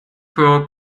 für